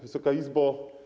Wysoka Izbo!